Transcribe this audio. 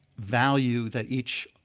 value that each